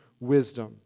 wisdom